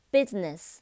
Business